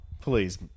Please